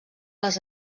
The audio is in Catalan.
les